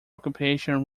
occupation